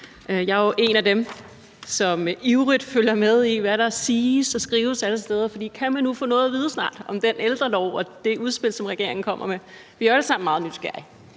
Jeg er jo en af dem, som ivrigt følger med i, hvad der siges og skrives alle steder, for kan man nu snart få noget at vide om den ældrelov og det udspil, som regeringen kommer med? Vi er jo alle sammen meget nysgerrige.